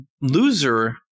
loser